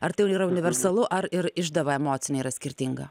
ar tai jau yra universalu ar ir išdava emocinė yra skirtinga